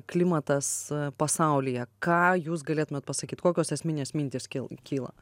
klimatas pasaulyje ką jūs galėtumėt pasakyt kokios esminės mintys kil kyla